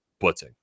blitzing